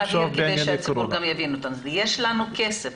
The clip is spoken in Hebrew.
אני אגיד כדי שהציבור יבין אותנו: יש לנו כסף,